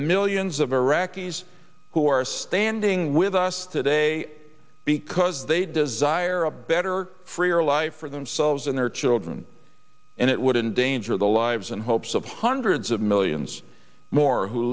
millions of iraqis who are standing with us today because they desire a better freer life for themselves and their children and it would endangered the lives and hopes of hundreds of millions more who